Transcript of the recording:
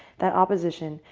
that opposition.